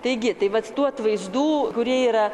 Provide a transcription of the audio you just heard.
taigi tai vat tų atvaizdų kurie yra